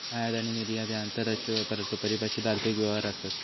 आयात आणि निर्यात ह्या आंतरराष्ट्रीय व्यापाराचो परिभाषित आर्थिक व्यवहार आसत